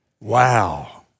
Wow